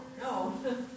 no